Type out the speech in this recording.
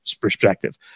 perspective